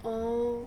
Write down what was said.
orh